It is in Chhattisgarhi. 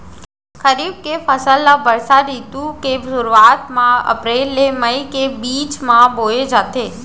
खरीफ के फसल ला बरसा रितु के सुरुवात मा अप्रेल ले मई के बीच मा बोए जाथे